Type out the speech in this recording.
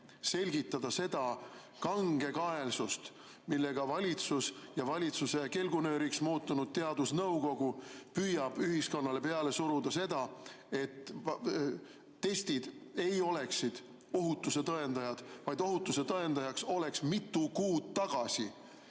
selgitada seda kangekaelsust, millega valitsus ja valitsuse kelgunööriks muutunud teadusnõukoda püüavad ühiskonnale peale suruda seda, et mitte testid ei oleks ohutuse tõendajad, vaid ohutuse tõendajaks oleks mitu kuud tagasi